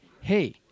hey